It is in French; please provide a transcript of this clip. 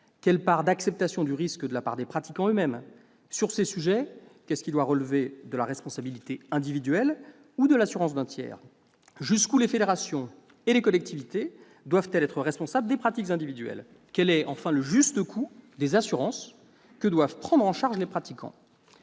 Quelle part d'acceptation du risque de la part des pratiquants eux-mêmes ? Sur ces sujets, qu'est-ce qui doit relever de la responsabilité individuelle ou de l'assurance d'un tiers ? Jusqu'où les fédérations et les collectivités doivent-elles être responsables des pratiques individuelles ? Quel est le juste coût des assurances que doivent prendre en charge les pratiquants ?